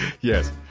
Yes